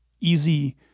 easy